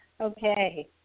Okay